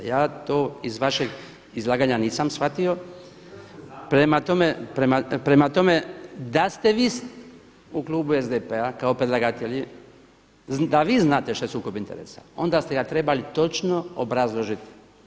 Ja to iz vašeg izlaganja nisam shvatio, prema tome da ste vi u klubu SDP-a kao predlagatelji, da vi znate što je sukob interesa onda ste ga trebali točno obrazložiti.